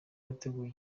wateguye